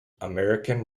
american